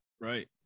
Right